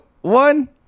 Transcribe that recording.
one